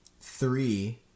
Three